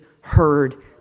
heard